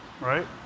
right